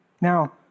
Now